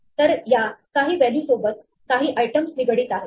तर या काही व्हॅल्यू सोबत काही आयटम्स निगडित आहे